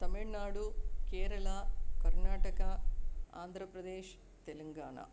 तमिळ्नाडु केरला कर्नाटकम् आन्ध्रप्रदेशः तेलङ्गाण